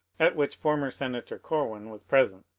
at which former senator corwin was present.